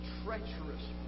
treacherous